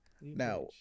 Now